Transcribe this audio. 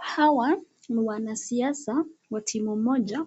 Hawa ni wanasiasa wa timu moja